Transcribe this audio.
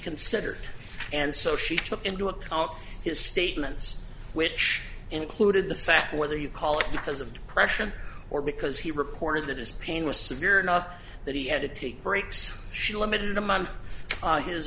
considered and so she took into account his statements which included the fact whether you call it because of depression or because he reported that his pain was severe enough that he had to take breaks she limited amount of his